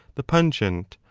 the pungent,